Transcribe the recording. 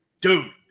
dude